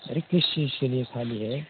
अरे किस चीज के लिए खाली है